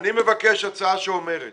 אני מבקש הצעה שאומרת